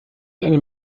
einem